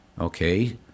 okay